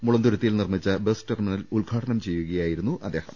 മുളന്തുരുത്തിയിൽ നിർമ്മിച്ച bus terminal ഉദ്ഘാടനം ചെയ്യുകയായിരുന്നു മന്ത്രി